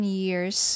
years